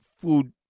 food